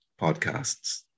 podcasts